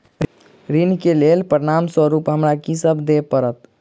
ऋण केँ लेल प्रमाण स्वरूप हमरा की सब देब पड़तय?